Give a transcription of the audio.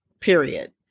Period